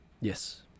Yes